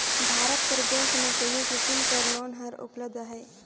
भारत कर बेंक में कइयो किसिम कर लोन हर उपलब्ध अहे